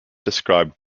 described